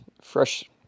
Fresh